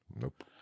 Nope